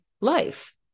life